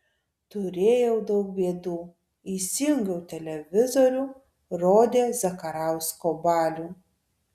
turėjau daug bėdų įsijungiau televizorių rodė zakarausko balių